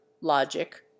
logic